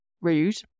Rude